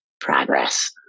progress